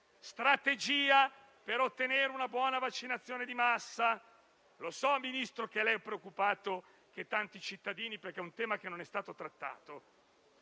strategia per ottenere una buona vaccinazione di massa. Lo so, Ministro, che lei è preoccupato, perché è un tema che non è stato trattato.